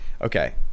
Okay